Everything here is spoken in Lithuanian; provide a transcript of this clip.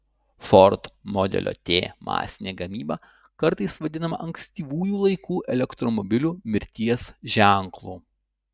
ford modelio t masinė gamyba kartais vadinama ankstyvųjų laikų elektromobilių mirties ženklu